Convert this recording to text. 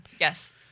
Yes